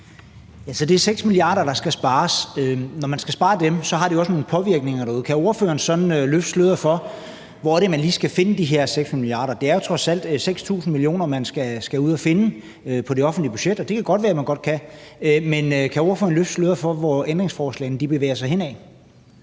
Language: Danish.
kr., der skal spares, og når man skal spare dem, har det også nogle påvirkninger derude. Kan ordføreren sådan løfte sløret for, hvor det lige er, man skal finde de her 6 mia. kr.? Det er jo trods alt 6.000 mio. kr., man skal ud at finde på det offentlige budget. Det kan godt være, at man godt kan det, men kan ordføreren løfte sløret for, hvor ændringsforslagene bevæger sig hen ad?